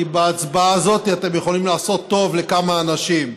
כי בהצבעה הזאת אתם יכולים לעשות טובה לכמה אנשים.